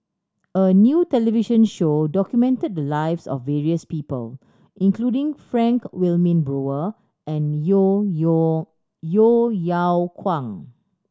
a new television show documented the lives of various people including Frank Wilmin Brewer and Yeo Yo Yeo Yeow Kwang